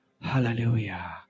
hallelujah